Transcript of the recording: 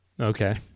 Okay